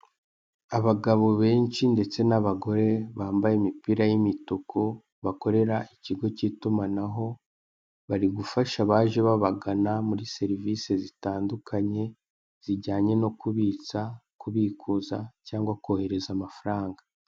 Abagabo benshi ndetse n'abagore bambaye imipira y'imituku bakorera ikigo cy'itumanaho bari gufasha abaje babagana muri serivise zitandukanye zijyanye no kubitsa , kubikuza cyangwa kohereza amafaranga.